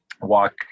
walk